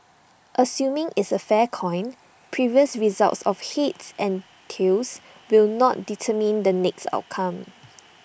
assuming it's A fair coin previous results of heads and tails will not determine the next outcome